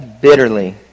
bitterly